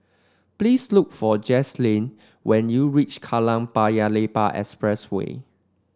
please look for Jaslene when you reach Kallang Paya Lebar Expressway